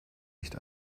nicht